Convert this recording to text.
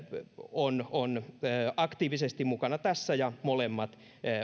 on on aktiivisesti mukana tässä ja molemmat